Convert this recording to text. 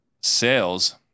Sales